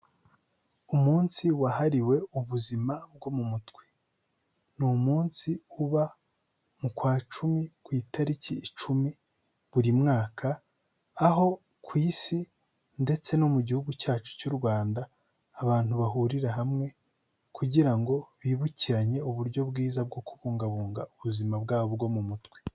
Umunsi wahariwe ubuzima bwo mu mutwe. Ni umunsi uba mu kwa Cumi ku itariki icumi buri mwaka, aho ku Isi ndetse no mu gihugu cyacu cy'u Rwanda abantu bahurira hamwe, kugira ngo bibukiranye uburyo bwiza bwo kubungabunga ubuzima bwabo bwo mu mutwe.